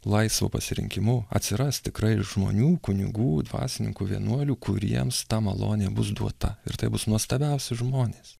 laisvu pasirinkimu atsiras tikrai žmonių kunigų dvasininkų vienuolių kuriems ta malonė bus duota ir tai bus nuostabiausi žmonės